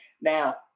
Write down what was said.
now